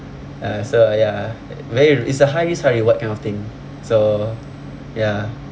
uh so ya very it's a high risk high reward kind of thing so ya